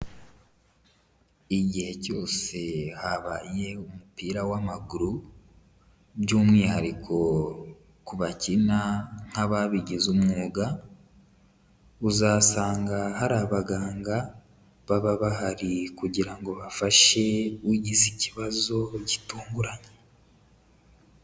Igihe cyose habaye umupira w'amaguru, by'umwihariko ku bakina nk'ababigize umwuga, uzasanga hari abaganga baba bahari kugira ngo bafashe ugize ikibazo gitunguranye.